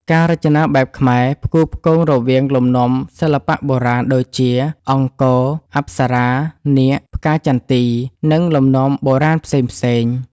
ការរចនាបែបខ្មែរ ផ្គូផ្គងរវាងលំនាំសិល្បៈបុរាណ ដូចជា អង្គរ អប្សរា នាគ ផ្កាចន្ទី និងលំនាំបុរាណផ្សេងៗ